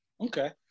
okay